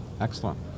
Excellent